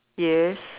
yes